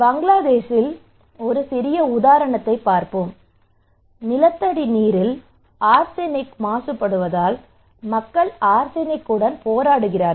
பங்களாதேஷில் இங்கே ஒரு சிறிய உதாரணத்தைப் பார்ப்போம் நிலத்தடி நீரில் ஆர்சனிக் மாசுபடுவதால் மக்கள் ஆர்சனிக் உடன் போராடுகிறார்கள்